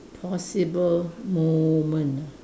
possible moment ah